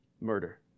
murder